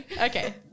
Okay